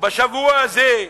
בשבוע הזה,